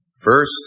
First